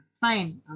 fine